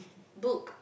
book